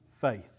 faith